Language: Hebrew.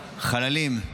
החללים,